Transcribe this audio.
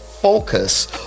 focus